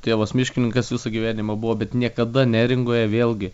tėvas miškininkas visą gyvenimą buvo bet niekada neringoje vėlgi